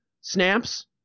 snaps